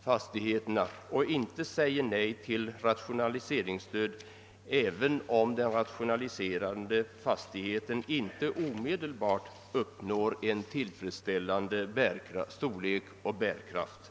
fastigheterna och inte säger nej till rationaliseringsstöd, även om den rationaliserade fastigheten inte omedelbart uppnår en tillfredsställande storlek och <bärkraft.